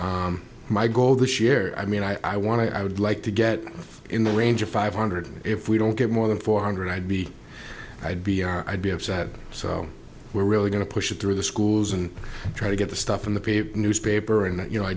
say my goal this year i mean i want to i would like to get in the range of five hundred if we don't get more than four hundred i'd be i'd be our i'd be upset so we're really going to push it through the schools and try to get the stuff in the paper newspaper and you know i